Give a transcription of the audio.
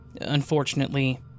Unfortunately